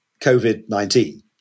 COVID-19